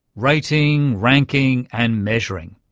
rating, ranking and measuring,